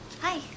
hi